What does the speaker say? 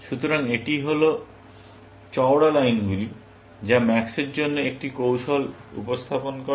সুতরাং এটি হল চওড়া লাইনগুলি যা ম্যাক্সের জন্য একটি কৌশল উপস্থাপন করে